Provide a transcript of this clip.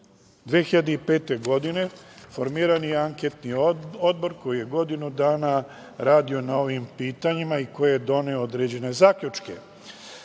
2005. godine formiran je anketni odbor koji je godinu dana radio na ovim pitanjima i koji je doneo određene zaključke.